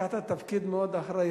לקחת עליך תפקיד מאוד אחראי.